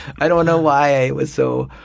i don't know why i was so